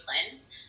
cleanse